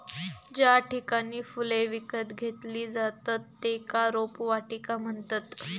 ज्या ठिकाणी फुले विकत घेतली जातत त्येका रोपवाटिका म्हणतत